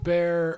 Bear